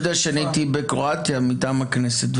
אתה יודע שהייתי בקרואטיה מטעם הכנסת,